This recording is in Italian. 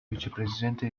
vicepresidente